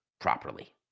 properly